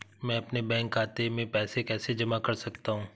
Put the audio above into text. मैं अपने बैंक खाते में पैसे कैसे जमा कर सकता हूँ?